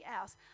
else